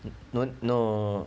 no no